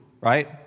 right